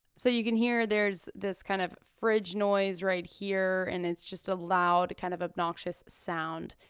so you can hear there's this kind of fridge noise right here and it's just a loud kind of obnoxious sound.